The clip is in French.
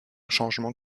changement